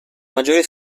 maggiori